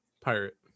pirate